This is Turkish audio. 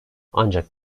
ancak